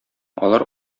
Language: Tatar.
алар